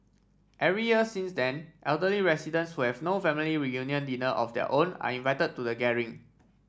every year since then elderly residents who have no family reunion dinner of their own are invited to the gathering